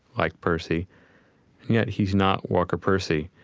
like percy, and yet he's not walker percy.